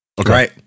Okay